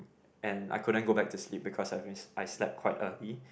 and I couldn't go back to sleep because been I slept quite early